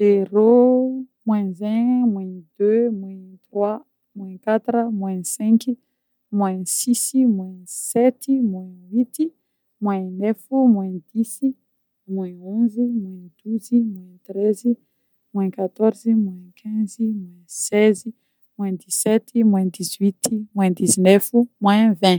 zéro, moins un, moins deux, moins trois, moins quatre, moins cinq, moins six, moins sept, moins huit, moins neuf, moins dix, moins onze, moins douze, moins treize, moins quatorze, moins quinze, moins seize, moins dix-sept, moins dix-huit, moins dix-neuf, moins vingt